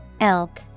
Elk